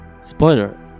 Spoiler